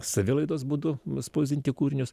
savilaidos būdu nu spausdinti kūrinius